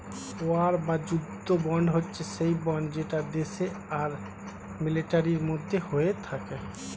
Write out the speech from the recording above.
war বা যুদ্ধ bond হচ্ছে সেই বন্ড যেটা দেশ আর মিলিটারির মধ্যে হয়ে থাকে